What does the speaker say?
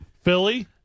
Philly